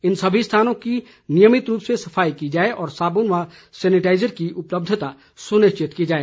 इन सभी स्थानों की नियमित रूप से सफाई की जाए और साबुन और सेनिटाइजर की उपलब्धता सुनिश्चित की जाए